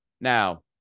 Now